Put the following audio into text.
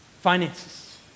finances